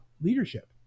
leadership